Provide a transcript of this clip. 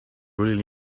really